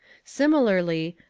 similarly,